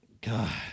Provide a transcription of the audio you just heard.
God